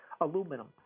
aluminum